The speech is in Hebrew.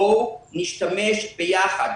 בואו נשתמש ביחד,